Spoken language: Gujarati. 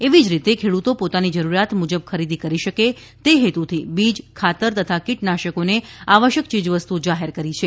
એવી જ રીતે ખેડૂતો પોતાની જરૂરિયાત મુજબ ખરીદી કરી શકે તે હેતુથી બીજ ખાતર તથા કીટનાશકોને આવશ્યક ચીજવસ્તુઓ જાહેર કરી છે